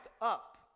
up